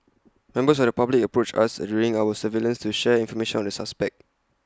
members of the public approached us during our surveillance to share information on the suspect